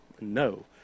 no